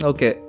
Okay